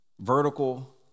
vertical